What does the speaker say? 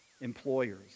employers